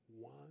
One